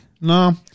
no